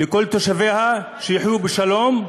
לכל תושביה, שיחיו בשלום,